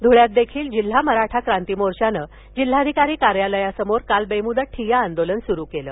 धुळ्यात देखील जिल्हा मराठा क्रांती मोर्चानं जिल्हाधिकारी कार्यालयासमोर काल बेमुदत ठिय्या आंदोलन सुरु केलं